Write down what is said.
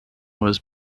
was